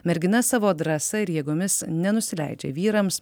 mergina savo drąsa ir jėgomis nenusileidžia vyrams